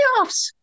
playoffs